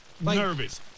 nervous